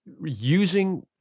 using